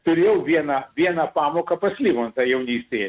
turėjau vieną vieną pamoką pas livontą jaunystėj